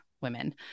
women